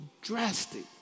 drastic